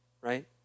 right